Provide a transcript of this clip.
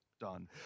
Done